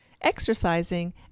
exercising